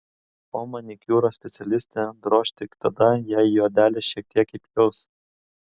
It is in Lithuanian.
o manikiūro specialistę droš tik tada jei į odelę šiek tiek įpjaus